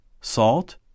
Salt